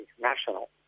National